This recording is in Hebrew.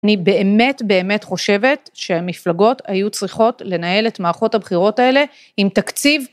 אני באמת באמת חושבת שהמפלגות היו צריכות לנהל את מערכות הבחירות האלה עם תקציב.